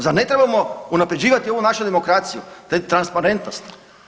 Zar ne trebamo unapređivati ovu našu demokraciju, transparentnost?